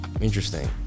Interesting